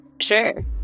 Sure